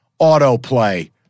Autoplay